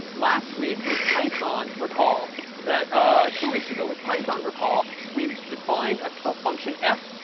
last week with python recall that two weeks ago, with python, recall we defined a function f,